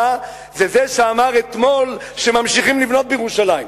זה זה שאמר אתמול שממשיכים לבנות בירושלים.